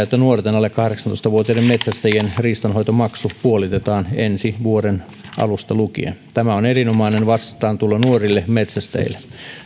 että nuorten alle kahdeksantoista vuotiaiden metsästäjien riistanhoitomaksu puolitetaan ensi vuoden alusta lukien tämä on erinomainen vastaantulo nuorille metsästäjille